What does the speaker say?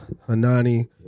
Hanani